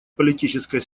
политической